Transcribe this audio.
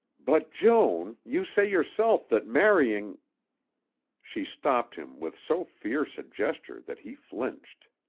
but, joan, you say yourself that marrying she stopped him with so fierce a gesture that he flinched.